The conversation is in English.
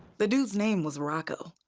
the dude's name was rocco.